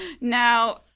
Now